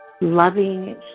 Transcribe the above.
loving